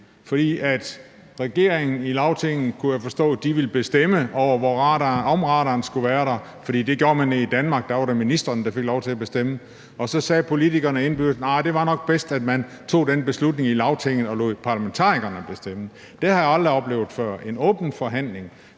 kunne jeg forstå, ville bestemme over, om radaren skulle være der, for det gjorde man i Danmark; der var det ministeren, der fik lov til at bestemme. Og så sagde politikerne, at det nok var bedst, at man tog den beslutning i Lagtinget og lod parlamentarikerne bestemme. Det har jeg aldrig oplevet før – en åben forhandling.